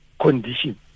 condition